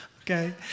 okay